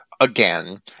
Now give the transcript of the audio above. Again